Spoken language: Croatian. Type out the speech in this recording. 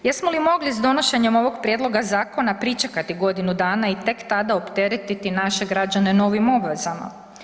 Jesmo li mogli s donošenjem ovog prijedloga zakona pričekati godinu dana i tek tada opteretiti naše građane novim obvezama?